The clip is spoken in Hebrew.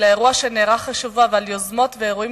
על האירוע שנערך השבוע ועל יוזמות ואירועים